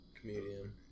Comedian